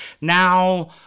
Now